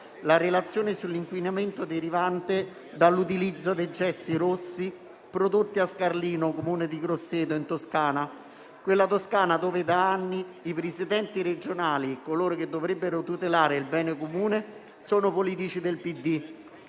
la relazione sull'inquinamento derivante dall'utilizzo dei gessi rossi prodotti a Scarlino, Comune di Grosseto, in Toscana, quella Toscana dove da anni i presidenti regionali, coloro che dovrebbero tutelare il bene comune, sono politici del